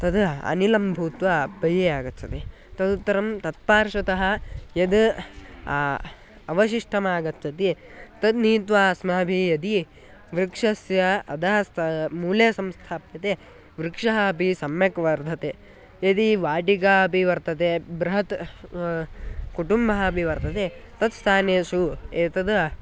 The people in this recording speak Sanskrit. तद् अनिलं भूत्वा बहिः आगच्छति तदुत्तरं तत्पार्श्वतः यद् अवशिष्टमागच्छति तद् नीत्वा अस्माभिः यदि वृक्षस्य अधः स्थाप्यते मूले संस्थाप्यते वृक्षः अपि सम्यक् वर्धते यदि वाटिका अपि वर्तते बृहत् कुटुम्बः अपि वर्तते तत् स्थानेषु एतद्